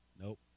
Nope